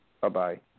Bye-bye